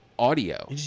audio